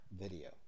video